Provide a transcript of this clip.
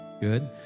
Good